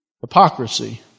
Hypocrisy